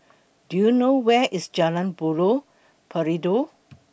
Do YOU know Where IS Jalan Buloh Perindu